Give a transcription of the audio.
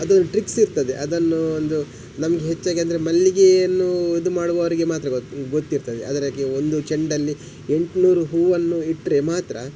ಅದೊಂದು ಟ್ರಿಕ್ಸ್ ಇರ್ತದೆ ಅದನ್ನು ಒಂದು ನಮ್ಗೆ ಹೆಚ್ಚಾಗಿ ಅಂದರೆ ಮಲ್ಲಿಗೆಯನ್ನು ಇದು ಮಾಡುವವರಿಗೆ ಮಾತ್ರ ಗೊತ್ತು ಗೊತ್ತಿರ್ತದೆ ಅದ್ರಾಗೆ ಒಂದು ಚೆಂಡಲ್ಲಿ ಎಂಟುನೂರು ಹೂವನ್ನು ಇಟ್ಟರೆ ಮಾತ್ರ